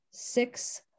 Six